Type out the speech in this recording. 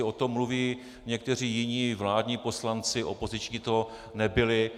O tom mluví někteří jiní, vládní poslanci, opoziční to nebyli.